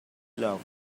love